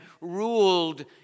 ruled